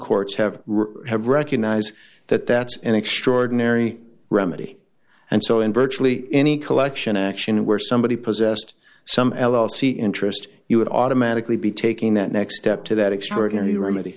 courts have have recognized that that's an extraordinary remedy and so in virtually any collection action where somebody possessed some l l c interest you would automatically be taking that next step to that extraordinary remedy